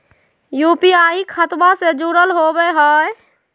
UPI खतबा से जुरल होवे हय?